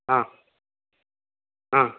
ಹಾಂ ಹಾಂ